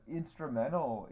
instrumental